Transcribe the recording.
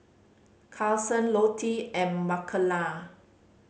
Carsen Lottie and Makena